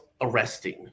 arresting